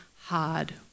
hard